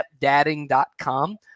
stepdadding.com